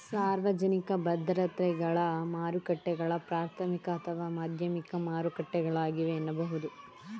ಸಾರ್ವಜನಿಕ ಭದ್ರತೆಗಳ ಮಾರುಕಟ್ಟೆಗಳು ಪ್ರಾಥಮಿಕ ಅಥವಾ ಮಾಧ್ಯಮಿಕ ಮಾರುಕಟ್ಟೆಗಳಾಗಿವೆ ಎನ್ನಬಹುದು